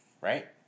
Right